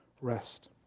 rest